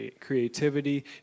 creativity